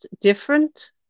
different